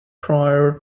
prior